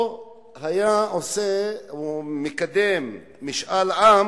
או היה מקדם משאל עם